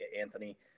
Anthony